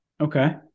Okay